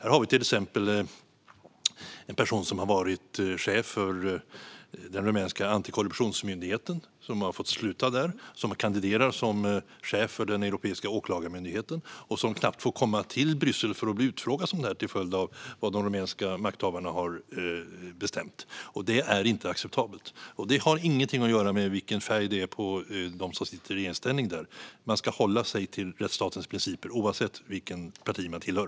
Vi har till exempel en person som har varit chef för den rumänska antikorruptionsmyndigheten som har fått sluta där och nu kandiderar till chef för den europeiska åklagarmyndigheten men som knappt får komma till Bryssel för att utfrågas om detta till följd av vad de rumänska makthavarna har bestämt. Det är inte acceptabelt. Detta har inget att göra med vilken politisk färg det är på dem som sitter i regeringsställning där. Man ska hålla sig till rättsstatens principer oavsett vilket parti man tillhör.